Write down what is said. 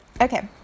Okay